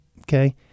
Okay